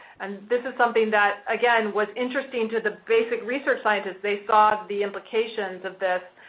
and this is something that, again, was interesting to the basic research scientist, they saw the implications of this.